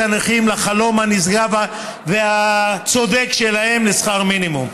הנכים לחלום הנשגב והצודק שלהם לשכר מינימום.